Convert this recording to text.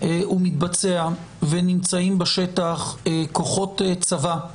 ומתבצע ונמצאים בשטח כוחות צבא,